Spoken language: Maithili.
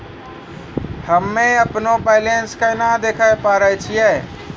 हम्मे अपनो बैलेंस केना देखे पारे छियै?